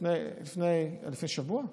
לפני שבוע?